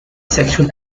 sexual